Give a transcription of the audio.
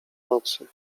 nocy